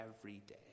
everyday